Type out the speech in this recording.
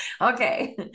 Okay